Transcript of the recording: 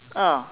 ah